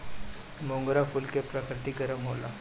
मोगरा फूल के प्रकृति गरम होला